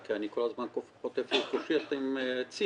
כי אני כל הזמן חוטף ריקושטים ציניים.